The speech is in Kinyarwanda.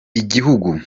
igihugu